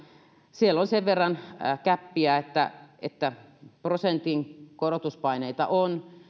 siellä on sen verran gäppiä että että prosentin korotuspaineita on